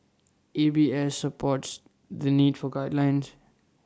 A B S supports the need for guidelines